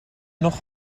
nog